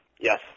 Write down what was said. Yes